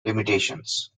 limitations